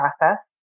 process